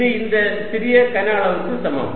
இது இந்த சிறிய கன அளவுக்கு சமம்